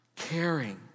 Caring